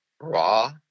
raw